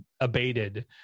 abated